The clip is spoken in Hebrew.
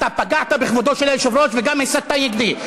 אתה פגעת בכבודו של היושב-ראש וגם הסתָ נגדי.